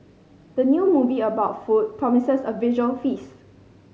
the new movie about food promises a visual feast